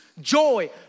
joy